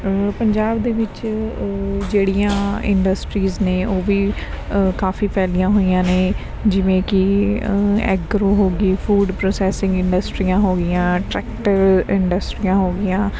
ਪੰਜਾਬ ਦੇ ਵਿੱਚ ਜਿਹੜੀਆਂ ਇੰਡਸਟਰੀਜ਼ ਨੇ ਉਹ ਵੀ ਕਾਫੀ ਫੈਲੀਆਂ ਹੋਈਆਂ ਨੇ ਜਿਵੇਂ ਕਿ ਜਿਵੇਂ ਕਿ ਐਗਰੋ ਹੋਗੀ ਫੂਡ ਪ੍ਰੋਸੈਸਿੰਗ ਇੰਡਸਟਰੀ ਹੋ ਗਈਆਂ ਟਰੈਕਟਰ ਇੰਡਸਟਰੀਆਂ ਹੋ ਗਈਆਂ